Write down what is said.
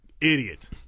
Idiot